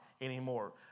anymore